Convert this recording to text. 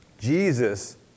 Jesus